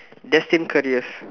destined careers